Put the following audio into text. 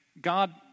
God